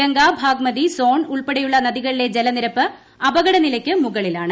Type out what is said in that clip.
ഗംഗ ഭാഗ്മതി സോൺ ് ഉൾപ്പെടെയുള്ള നദികളിലെ ജലനിരപ്പ് അപകടനിലയ്ക്ക് മുകളിലാണ്